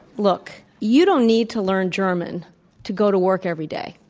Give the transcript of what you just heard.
look, you don't need to learn german to go to work every day.